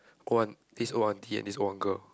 old aunt this old aunty and this old uncle